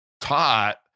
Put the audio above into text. taught